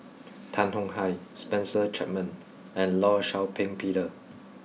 Tan Tong Hye Spencer Chapman and Law Shau Ping Peter